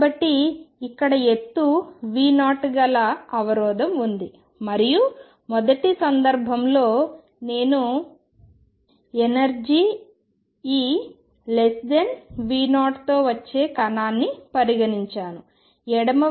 కాబట్టి ఇక్కడ ఎత్తు V0 గల అవరోధం ఉంది మరియు మొదటి సందర్భంలో నేను ఎనర్జీ EV0 తో వచ్చే కణాన్ని పరిగణించాను ఎడమ వైపు V0